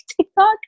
TikTok